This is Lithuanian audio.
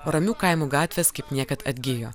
ramių kaimų gatvės kaip niekad atgijo